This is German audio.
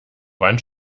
wand